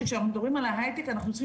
כי כשאנחנו מדברים על היי-טק אנחנו צריכים